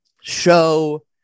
show